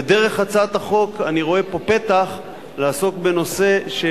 ודרך הצעת החוק אני רואה פה פתח לעסוק בנושא,